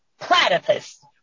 Platypus